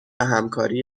همکاری